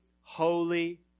holy